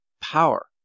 power